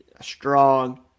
strong